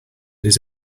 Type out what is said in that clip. his